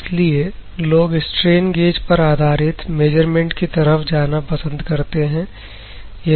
इसीलिए लोग strain gauge पर आधारित मेजरमेंट की तरफ जाना पसंद करते हैं